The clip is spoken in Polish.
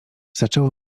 zaczęło